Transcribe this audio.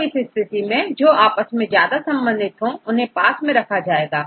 तो इस स्थिति में जो आपस में ज्यादा संबंधित हो उन्हें पास पास रखा जाएगा